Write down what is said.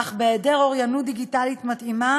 אך בהיעדר אוריינות דיגיטלית מתאימה